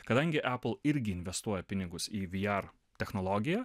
kadangi apple irgi investuoja pinigus į vr technologiją